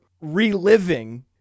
reliving